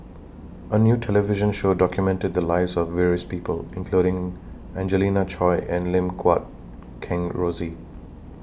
A New television Show documented The Lives of various People including Angelina Choy and Lim Guat Kheng Rosie